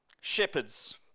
Shepherds